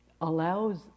allows